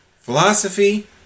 philosophy